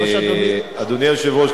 אדוני היושב-ראש,